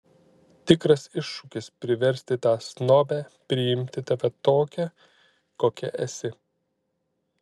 tikras iššūkis priversti tą snobę priimti tave tokią kokia esi